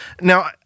Now